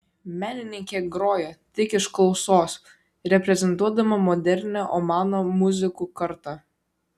menininkė groja tik iš klausos reprezentuodama modernią omano muzikų kartą